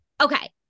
Okay